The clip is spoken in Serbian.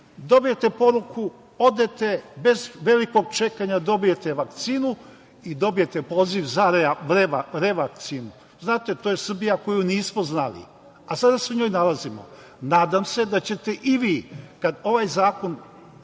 Dobijete poruku, odete, bez velikog čekanja dobijete vakcinu i dobijete poziv za revakcinu. Znate, to je Srbija koju nismo znali, a sada se u njoj nalazimo. Nadam se da ćemo i mi, kada ovaj zakon